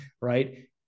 right